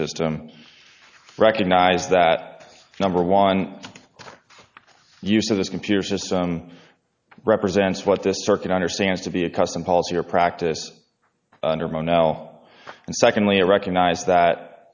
system recognize that number one use of this computer system represents what this circuit understands to be a custom policy or practice under my own now and secondly i recognize that